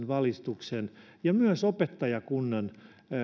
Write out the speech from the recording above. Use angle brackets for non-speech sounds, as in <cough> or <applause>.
<unintelligible> valistuksesta ja myös opettajakunnan